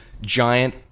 giant